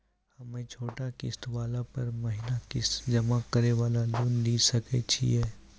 हम्मय छोटा किस्त वाला पर महीना किस्त जमा करे वाला लोन लिये सकय छियै?